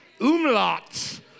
umlauts